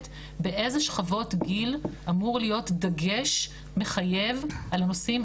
באילו שכבות גיל אמור להיות דגש מחייב על הנושאים.